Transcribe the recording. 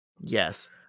Yes